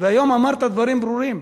והיום אמרת דברים ברורים.